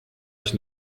ich